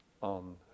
on